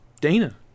Dana